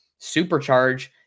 supercharge